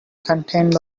contained